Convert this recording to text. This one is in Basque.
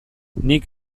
nik